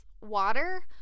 water